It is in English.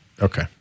Okay